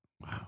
Wow